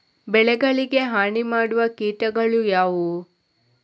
ಬೆಳೆಗಳಿಗೆ ಹಾನಿ ಮಾಡುವ ಕೀಟಗಳು ಯಾವುವು?